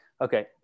Okay